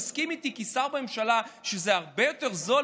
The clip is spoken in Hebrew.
תסכים איתי כשר בממשלה שזה הרבה יותר זול